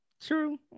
True